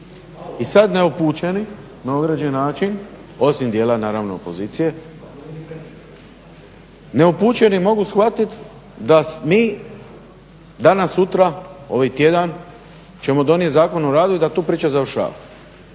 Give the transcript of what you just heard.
I sad neupućeni na određen način, osim dijela naravno opozicije, neupućeni mogu shvatit da mi danas-sutra, ovaj tjedan ćemo donijet Zakon o radu i da tu priča završava,